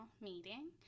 meeting